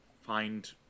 Find